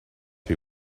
who